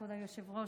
כבוד היושב-ראש,